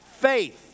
faith